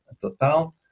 total